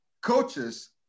coaches